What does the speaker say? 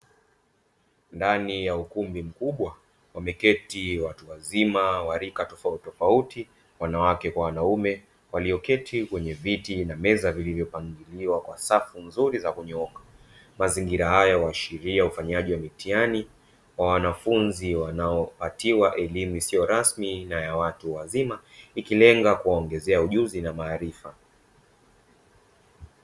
Ndani ya ukumbi mkubwa wameketi watu wazima wa rika tofautitofauti wanawake kwa wanaume waliyoketi kwenye viti na meza zilizopangiliwa kwa safu nzuri za kunyooka, mazingira hayo huashiria ufanyaji wa mitihani wa wanafunzi wanaopatiwa elimu isiyo rasmi na ya watu wazima ikilenga kuwaongezea ujuzi na maarifa.